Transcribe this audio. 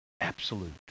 absolute